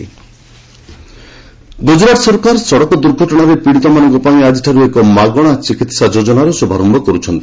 GJ accident Gujarat ସରକାର ସଡ଼କ ଦୁର୍ଘଟଣାରେ ପ୍ରୀଡ଼ିତମାନଙ୍କ ପାଇଁ ଆଜିଠାରୁ ଏକ ମାଗଣା ଚିକିହା ଯୋଜନାର ଶୁଭାରମ୍ଭ କରୁଛନ୍ତି